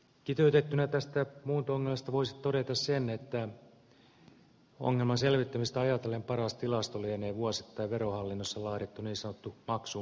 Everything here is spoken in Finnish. kiteytettynä tästä muunto ongelmasta voisi todeta sen että ongelman selvittämistä ajatellen paras tilasto lienee vuosittain verohallinnossa laadittu niin sanottu maksuunpanotilasto